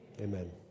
Amen